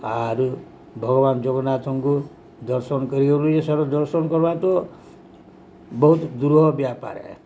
ଆରୁ ଭଗବାନ ଜଗନ୍ନାଥଙ୍କୁ ଦର୍ଶନ କରିଗଲି ଏ ସାରା ଦର୍ଶନ କର୍ବା ତ ବହୁତ ଦୂରହ ବ୍ୟାପାରେ